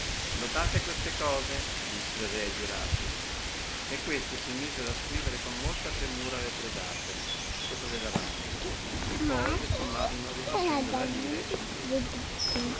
notate queste cose disse il re ai giurati e questi si misero a scrivere con molta premura le tre date sopra le lavagne e poi le sommarono riducendole a lire e centesimi